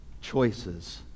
choices